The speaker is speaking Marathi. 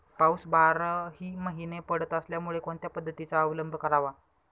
पाऊस बाराही महिने पडत असल्यामुळे कोणत्या पद्धतीचा अवलंब करावा?